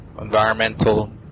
environmental